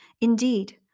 Indeed